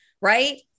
right